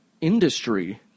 industry